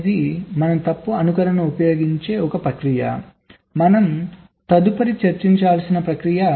కాబట్టి తప్పు పడిపోవటం అనేది మనం తప్పు అనుకరణను ఉపయోగించే ఒక ప్రక్రియ మనం తదుపరి చర్చించాల్సిన ప్రక్రియ